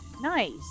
Nice